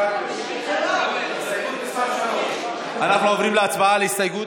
3. אנחנו עוברים להצבעה על הסתייגות,